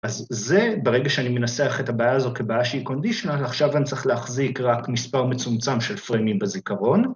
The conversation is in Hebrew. ‫אז זה, ברגע שאני מנסח ‫את הבעיה הזו כבעיה שהיא קונדישיונל, ‫עכשיו אני צריך להחזיק ‫רק מספר מצומצם של פרימים בזיכרון.